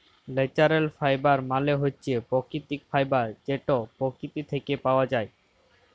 ল্যাচারেল ফাইবার মালে হছে পাকিতিক ফাইবার যেট পকিতি থ্যাইকে পাউয়া যায়